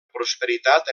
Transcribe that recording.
prosperitat